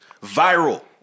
viral